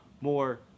more